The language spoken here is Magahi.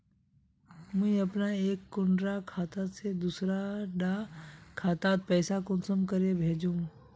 मुई अपना एक कुंडा खाता से दूसरा डा खातात पैसा कुंसम करे भेजुम?